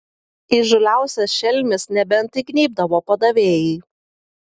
įžūliausias šelmis nebent įgnybdavo padavėjai